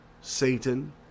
Satan